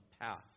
path